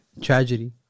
Tragedy